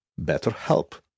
BetterHelp